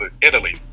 Italy